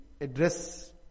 address